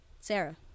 Sarah